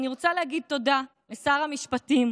ואני רוצה להגיד תודה לשר המשפטים.